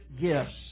gifts